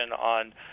on